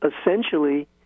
essentially